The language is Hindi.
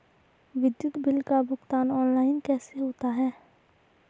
विद्युत बिल का भुगतान ऑनलाइन कैसे होता है?